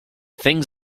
things